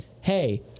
hey